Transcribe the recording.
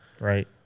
Right